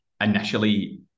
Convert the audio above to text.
initially